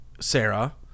Sarah